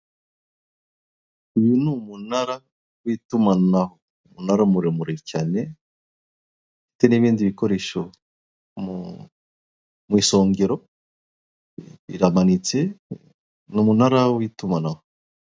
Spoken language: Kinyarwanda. Ibyuma bikoreshwa mu mashanyarazi bigaragaza aho biteretse, bizwi nka "hotetansiyo" ni ibimenyetso bigaragariza buri muntu wese ko aho hantu hari danje agomba kutahegera.